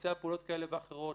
לבצע פעולות כאלה ואחרות,